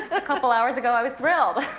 a couple hours ago i was thrilled!